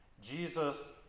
Jesus